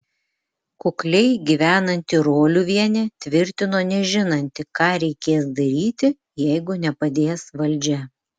kukliai gyvenanti roliuvienė tvirtino nežinanti ką reikės daryti jeigu nepadės valdžia